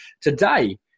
Today